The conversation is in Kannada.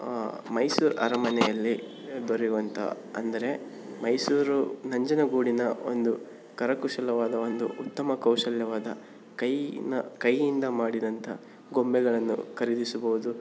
ಮೈಸೂರು ಅರಮನೆಯಲ್ಲಿ ದೊರೆಯುವಂಥ ಅಂದರೆ ಮೈಸೂರು ನಂಜನಗೂಡಿನ ಒಂದು ಕರಕುಶಲವಾದ ಒಂದು ಉತ್ತಮ ಕೌಶಲ್ಯವಾದ ಕೈಯ್ಯಿನ ಕೈಯ್ಯಿಂದ ಮಾಡಿದಂಥ ಗೊಂಬೆಗಳನ್ನು ಖರೀದಿಸಬಹುದು